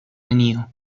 nenio